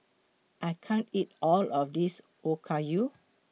I can't eat All of This Okayu